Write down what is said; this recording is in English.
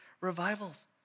revivals